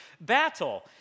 battle